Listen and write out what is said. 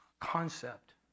concept